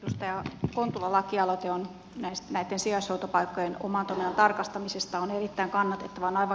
edustaja kontulan lakialoite näitten sijaishoitopaikkojen oman toiminnan tarkastamisesta on erittäin kannatettava